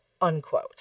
unquote